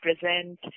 present